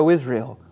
Israel